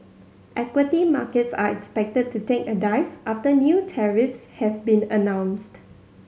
equity markets are expected to take a dive after new tariffs have been announced